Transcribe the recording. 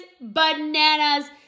bananas